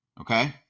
Okay